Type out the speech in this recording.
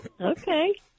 Okay